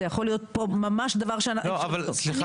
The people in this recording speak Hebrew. זו